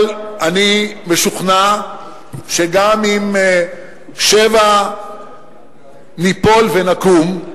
אבל אני משוכנע שגם אם שבע ניפול ונקום,